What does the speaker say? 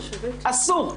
אסור.